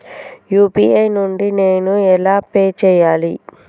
UPI నుండి నేను ఎలా పే చెయ్యాలి?